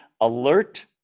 alert